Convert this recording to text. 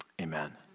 Amen